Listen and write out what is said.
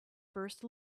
first